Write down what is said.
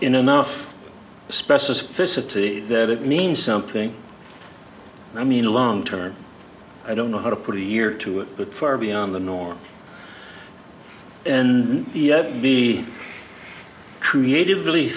enough specificity that it means something i mean long term i don't know how to put a year or two but far beyond the norm and the creative really